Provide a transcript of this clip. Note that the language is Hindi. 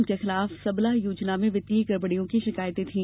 उनके खिलाफ सबला योजना में वित्तीय गड़बड़ियों की शिकायतें थी